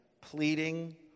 pleading